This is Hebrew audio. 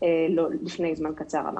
אמרת לפני זמן קצר.